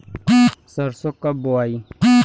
सरसो कब बोआई?